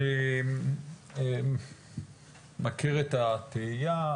אני מכיר את התהייה,